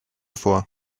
for